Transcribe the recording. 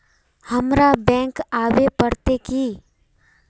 हमरा बैंक आवे पड़ते की?